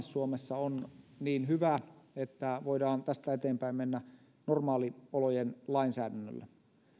suomessa on niin hyvä että voidaan tästä eteenpäin mennä normaaliolojen lainsäädännöllä